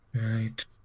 Right